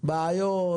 בעיות?